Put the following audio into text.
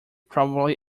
probably